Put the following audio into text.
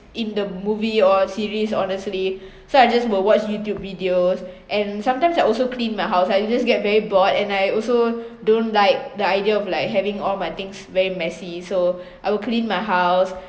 in the movie or series honestly so I just will watch Youtube videos and sometimes I also clean my house I just get very bored and I also don't like the idea of like having all my things very messy so I will clean my house